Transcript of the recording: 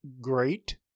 great